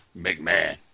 McMahon